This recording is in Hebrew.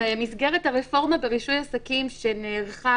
במסגרת הרפורמה ברישוי עסקים שנערכה